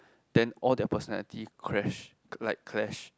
then all their personality crash like clash